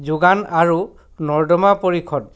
যোগান আৰু নৰ্দমা পৰিষদ